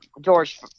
George